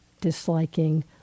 disliking